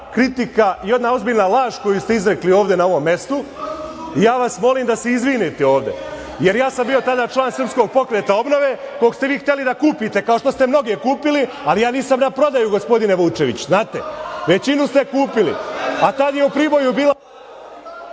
kritika, jedna ozbiljna laž koju ste izrekli ovde, na ovom mestu. Ja vas molim da se izvinite ovde, jer ja sam bio tada član SPO koji ste vi hteli da kupite, kao što ste mnoge kupili, ali ja nisam na prodaju, gospodine Vučević, znate. Većinu ste kupili. Tad je u Priboju bila…